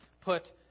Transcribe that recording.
put